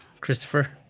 Christopher